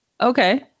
Okay